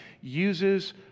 uses